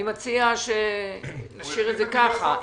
אני מציע שנשאיר את זה ככה.